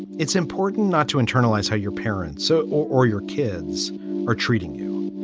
it's important not to internalize how your parents so or your kids are treating you.